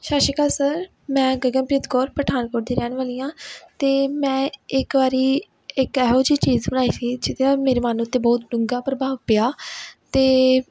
ਸਤਿ ਸ਼੍ਰੀ ਅਕਾਲ ਸਰ ਮੈਂ ਗਗਨਪ੍ਰੀਤ ਕੌਰ ਪਠਾਨਕੋਟ ਦੀ ਰਹਿਣ ਵਾਲੀ ਹਾਂ ਅਤੇ ਮੈਂ ਇੱਕ ਵਾਰੀ ਇੱਕ ਇਹੋ ਜਿਹੀ ਚੀਜ਼ ਬਣਾਈ ਸੀ ਜਿਹਦੇ ਨਾਲ ਮੇਰੇ ਮਨ ਉੱਤੇ ਬਹੁਤ ਡੂੰਘਾ ਪ੍ਰਭਾਵ ਪਿਆ ਅਤੇ